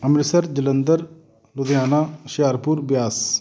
Amritsar Jalandhar Ludhiana Hoshiarpur Beas